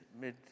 mid